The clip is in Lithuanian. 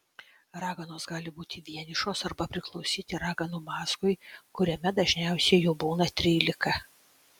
raganos gali būti vienišos arba priklausyti raganų mazgui kuriame dažniausiai jų būna trylika